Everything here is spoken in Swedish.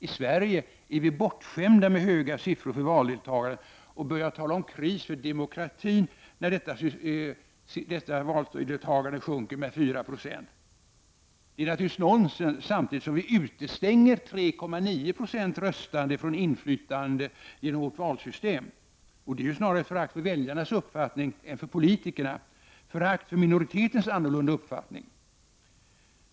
I Sverige är vi bortskämda med höga siffror för valdeltagandet och börjar tala om kris för demokratin när detta sjunker med 4 Jo. Det är naturligtvis nonsens, samtidigt som vi utestänger 3,99 20 röstande från inflytande genom vårt valsystem. Detta är snarare förakt för väljarnas uppfattning än för politikerna — förakt för minoriteters annorlunda uppfattning.